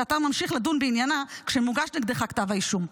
שאתה ממשיך לדון בעניינה כשמוגש נגדך כתב האישום?